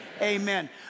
amen